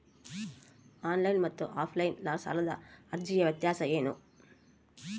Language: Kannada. ಆನ್ಲೈನ್ ಮತ್ತು ಆಫ್ಲೈನ್ ಸಾಲದ ಅರ್ಜಿಯ ವ್ಯತ್ಯಾಸ ಏನು?